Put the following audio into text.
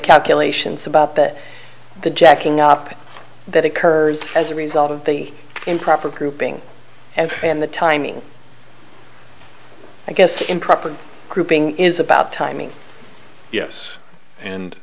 calculations about that the jacking up that occurs as a result of the improper grouping and and the timing i guess the improper grouping is about timing yes and